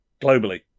globally